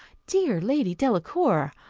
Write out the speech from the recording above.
dear lady delacour!